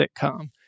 sitcom